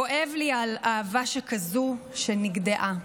כואב לי על אהבה שכזאת שנגדעה".